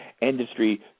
industry